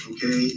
Okay